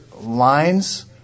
lines